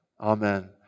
Amen